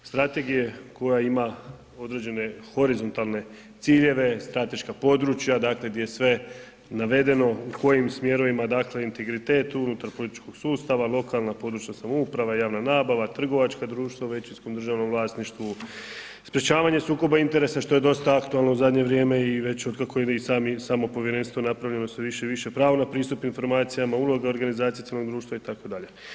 Strategije koja ima određene horizontalne ciljeve, strateška područja, dakle gdje je sve navedeno u kojim smjerovima integritet unutar političkog sustava, lokalna, područna samouprava, javna nabava, trgovačka društva u većinskom državnom vlasništvu, sprečavanje sukoba interesa, što je dosta aktualno u zadnje vrijeme i već otkako i samo povjerenstvo je napravljeno, sve više i više, pravo na pristup informacijama, uloga organizacije civilnog društva itd.